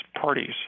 parties